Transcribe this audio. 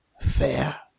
Fair